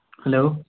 hello